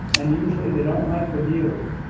and usually they don't like the view.